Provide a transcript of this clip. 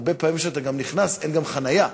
הרבה פעמים כשאתה נכנס אין גם חניה.